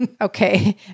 Okay